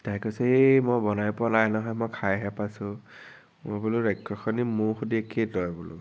তাই কৈছে এই মই বনাই পোৱা নাই নহয় মই খাইহে পাইছো মই বোলো ৰাক্ষসনী মোৰ সৈতি একেই তই বোলো